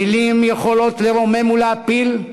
מילים יכולות לרומם ולהפיל,